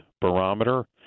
Barometer